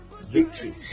victory